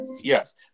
Yes